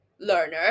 learner